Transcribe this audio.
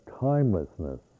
timelessness